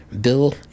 Bill